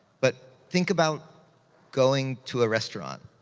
but think about going to a restaurant.